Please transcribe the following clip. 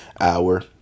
hour